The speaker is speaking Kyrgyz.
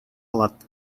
алат